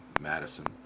Madison